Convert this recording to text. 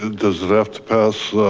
ah does it have to pass